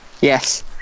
yes